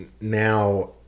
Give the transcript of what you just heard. now